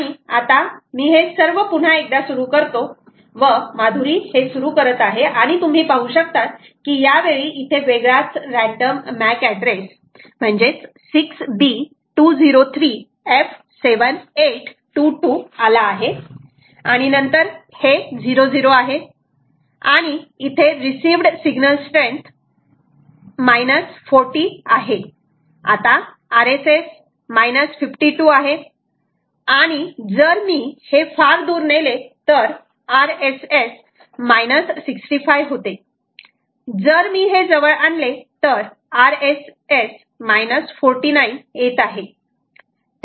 आणि आता मी हे सर्व पुन्हा एकदा सुरू करतो व माधुरी हे सुरू करत आहे आणि तुम्ही पाहू शकतात की या वेळी इथे वेगळाच random MAC address 6 b 203 f 7822 आला आहे आणि नंतर 00 आहे आणि इथे रिसिव्हड् सिग्नल स्ट्रेंथ 40 आहे आता RSS 52 आहे आणि जर मी हे फार दूर नेले तर RSS 65 होते जर मी हे जवळ आणले तर RSS 49 येत आहे